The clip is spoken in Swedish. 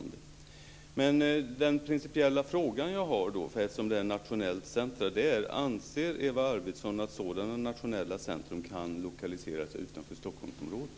Den principiella fråga som jag har om detta nationella centrum är: Anser Eva Arvidsson att ett sådant nationellt centrum kan lokaliseras utanför Stockholmsområdet?